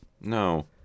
No